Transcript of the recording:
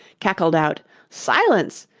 cackled out silence!